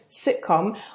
sitcom